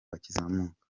bakizamuka